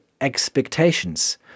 expectations